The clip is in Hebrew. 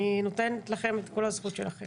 אני נותנת לכם את כל הזכות שלכם.